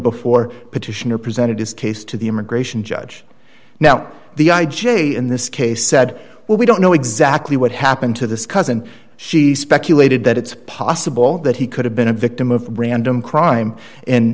before petitioner presented his case to the immigration judge now the i j a in this case said well we don't know exactly what happened to this cousin she speculated that it's possible that he could have been a victim of random crime